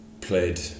played